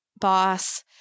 boss